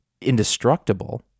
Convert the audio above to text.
indestructible